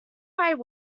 wide